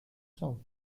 south